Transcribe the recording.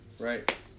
Right